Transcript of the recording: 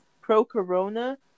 Pro-corona